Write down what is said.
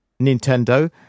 Nintendo